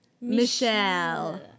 Michelle